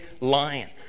lion